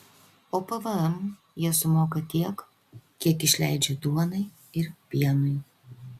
o pvm jie sumoka tiek kiek išleidžia duonai ir pienui